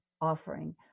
offering